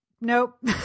Nope